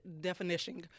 Definition